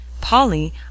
Polly